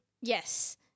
Yes